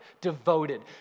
devoted